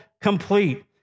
complete